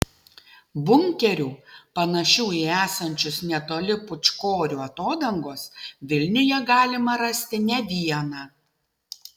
bunkerių panašių į esančius netoli pūčkorių atodangos vilniuje galima rasti ne vieną